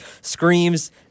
screams